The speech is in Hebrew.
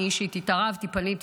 אני אישית התערבתי, פניתי